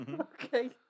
Okay